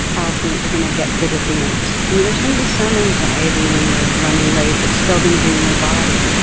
allison, that you're going to get rid of the angst. i mean, there's going to be some anxiety when you're running late that's still going to be in your body.